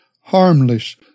harmless